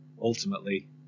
Ultimately